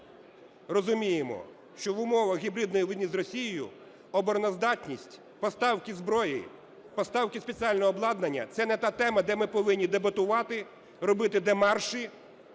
всі розуміємо, що в умовах гібридної війни з Росією обороноздатність, поставки зброї, поставки спеціального обладнання – це не та тема, де ми повинні дебатувати, робити демарші